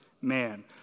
man